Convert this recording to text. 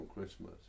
Christmas